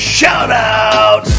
Shout-out